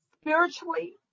spiritually